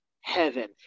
heaven